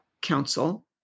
council